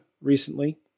recently